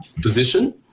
position